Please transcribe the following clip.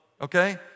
Okay